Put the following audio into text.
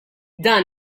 dan